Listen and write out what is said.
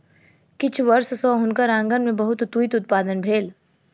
किछ वर्ष सॅ हुनकर आँगन में बहुत तूईत उत्पादन भेल